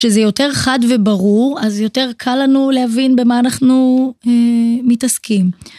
שזה יותר חד וברור, אז יותר קל לנו להבין במה אנחנו מתעסקים.